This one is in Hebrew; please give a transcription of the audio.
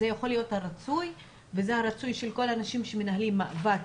זה יכול להיות הרצוי וזה הרצוי של כל האנשים שמנהלים מאבק